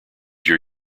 your